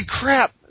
crap